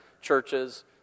churches